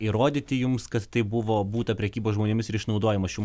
įrodyti jums kas tai buvo būta prekybos žmonėmis ir išnaudojimo šių